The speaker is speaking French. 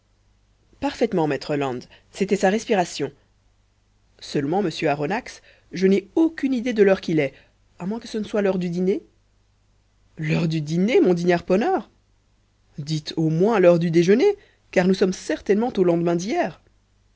parfaitement maître land c'était sa respiration seulement monsieur aronnax je n'ai aucune idée de l'heure qu'il est à moins que ce ne soit l'heure du dîner l'heure du dîner mon digne harponneur dites au moins l'heure du déjeuner car nous sommes certainement au lendemain d'hier